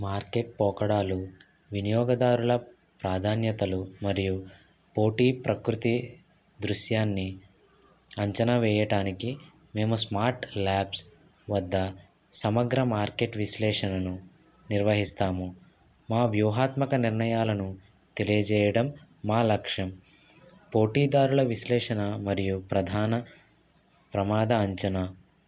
market పోకడలు వినియోగదారుల ప్రాధాన్యతలు మరియు పోటీ ప్రకృతి దృశ్యాన్ని అంచనా వెయ్యడానికి మేము స్మార్ట్ల్యాబ్స్ వద్ద సమగ్ర మార్కెట్ విశ్లేషణను నిర్వహిస్తాము మా వ్యూహాత్మక నిర్ణయాలను తెలియజేయడం మాలక్ష్యం పోటీదారుల విశ్లేషణ మరియు ప్రధాన ప్రమాద అంచనా